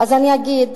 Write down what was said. אגיד